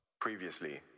Previously